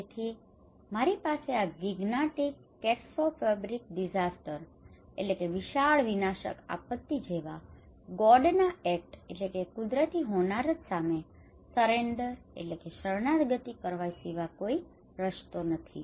તેથી મારી પાસે આ gigantic catastrophic disaster gigantic catastrophic disaster વિશાળ વિનાશક આપત્તિ જેવા ગોડના એક્ટ god act કુદરતી હોનારત સામે સરેન્ડર surrender શરણાગતિ કરવા સિવાય કોઈ રસ્તો નથી